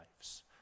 lives